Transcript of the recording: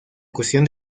cuestión